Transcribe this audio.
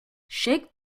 shake